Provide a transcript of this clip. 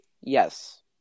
Yes